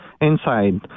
inside